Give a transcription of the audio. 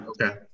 okay